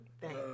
Thanks